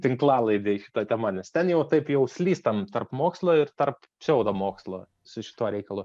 tinklalaidėj šita tema nes ten jau taip jau slystam tarp mokslo ir tarp pseudomokslo su šituo reikalu